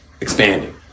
expanding